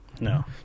No